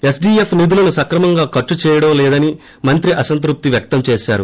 SDF నిధులను సక్రమంగా ఖర్సు చేయడం లేదని మంత్రి అసంతృప్తి వ్యక్తం చేసారు